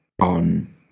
on